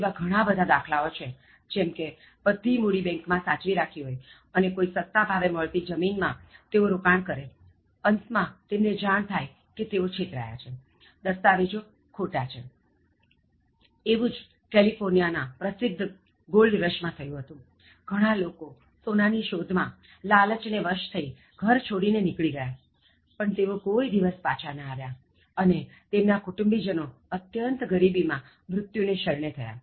એવા ઘણાં બધા દાખલાઓ છે જેમકે બધી મૂડી બેંક માં સાચવી રાખી હોય અને કોઇ સસ્તા ભાવે મળતી જમીન માં તેઓ રોકાણ કરે અંતમાં તેમને જાણ થાય કે તેઓ છેતરાયા છે દસ્તાવેજો ખોટા છે અને એવું જ કેલિફોર્નિયા ના પ્રસિદ્ધ ગોલ્ડ રશ માં થયું હતું ઘણાં લોકો સોનાની શોધ માં લાલચને વશ ઘર છોડી ને નિકળી ગયા પણ તેઓ કોઇ દિવસ પાછા ન આવ્યા અને તેમના કુટુંબીજનો અત્યંત ગરીબી માં મૃત્યુ ને શરણે થયા